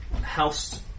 House